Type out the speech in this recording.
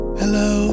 hello